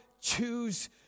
choose